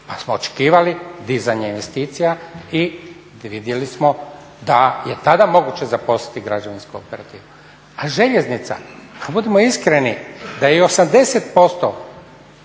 pa smo očekivali dizanje investicija i vidjeli smo da je tada moguće zaposliti građevinsku operativu. A željeznica, pa budimo iskreni, da je i 80%